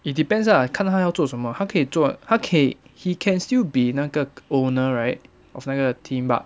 it depends ah 你看他要做什么他可以做他可以 he can still be 那个 owner right of 那个 team but